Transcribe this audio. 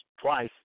twice